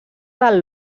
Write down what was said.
del